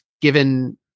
given